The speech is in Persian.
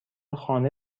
خانه